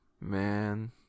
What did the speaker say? man